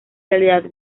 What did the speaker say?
realidad